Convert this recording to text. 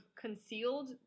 concealed